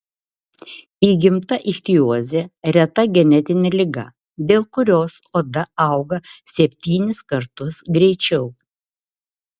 įgimta ichtiozė reta genetinė liga dėl kurios oda auga septynis kartus greičiau